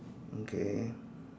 okay